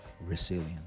resilience